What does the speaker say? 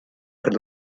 could